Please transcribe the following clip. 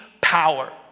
power